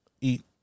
eat